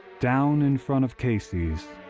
down in front of casey's.